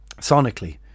sonically